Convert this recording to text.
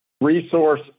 resource